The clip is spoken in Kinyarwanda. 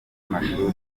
mashuri